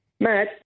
Matt